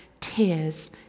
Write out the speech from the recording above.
tears